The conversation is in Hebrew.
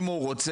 אם הוא רוצה,